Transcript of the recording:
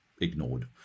ignored